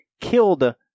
killed